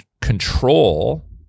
control